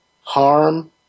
harm